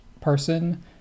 person